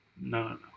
no